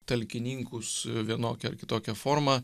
talkininkus vienokia ar kitokia forma